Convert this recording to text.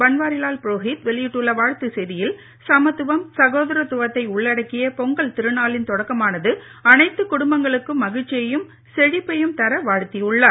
பன்வாரிலால் புரோஹித் வெளியிட்டுள்ள வாழ்த்துச் செய்தியில் சமத்துவம் சகோதரத்துவத்தை உள்ளடக்கிய பொங்கல் திருநாளின் தொடக்கமானது அனைத்து குடும்பங்களுக்கும் மகிழ்ச்சியையும் செழிப்பையும் தர வாழ்த்தியுள்ளார்